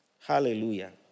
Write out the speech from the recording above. Hallelujah